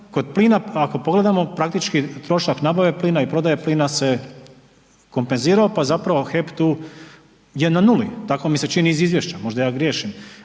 kod plina ako pogledamo praktički trošak nabave plina i prodaje plina se kompenzirao pa zapravo HEP tu je na nuli, tako mi se čini iz izvješća, možda ja griješim.